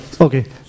Okay